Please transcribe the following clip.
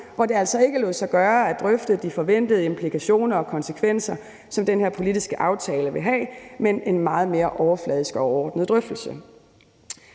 hvor det altså ikke lod sig gøre at drøfte de forventede implikationer og konsekvenser, som den her politiske aftale vil have, men hvor det var en meget mere overfladisk og overordnet drøftelse.